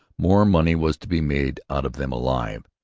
more money was to be made out of them alive.